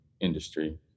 industry